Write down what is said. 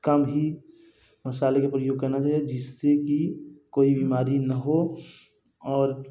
कम ही मसाले के प्रयोग करना चाहिए जिससे कि कोई बीमारी न हो और